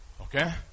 Okay